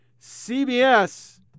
CBS